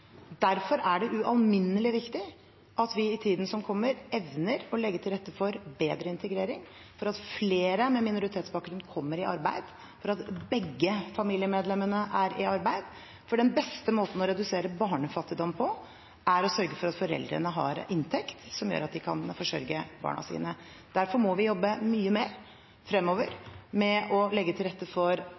Derfor er det ualminnelig viktig at vi i tiden som kommer, evner å legge til rette for bedre integrering, for at flere med minoritetsbakgrunn kommer i arbeid, for at begge foreldrene er i arbeid. Den beste måten å redusere barnefattigdom på er å sørge for at foreldrene har en inntekt som gjør at de kan forsørge barna sine. Derfor må vi fremover jobbe mye mer med å legge til rette for